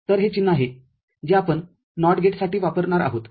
तर हे चिन्हआहे जे आपण नॉट गेट साठी वापरणार आहोत